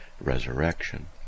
resurrection